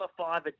five